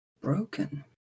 Broken